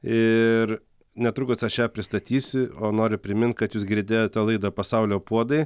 ir netrukus aš ją pristatysiu o noriu primint kad jūs girdėjote laidą pasaulio puodai